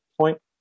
point